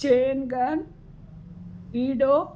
chain gun edo